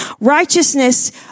righteousness